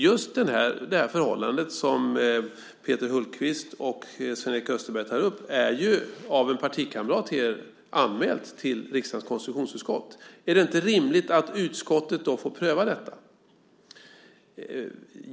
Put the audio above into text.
Just det förhållande som Peter Hultqvist och Sven-Erik Österberg tar upp är av en partikamrat till er anmält till riksdagens konstitutionsutskott. Är det inte rimligt att utskottet då får pröva detta?